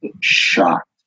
shocked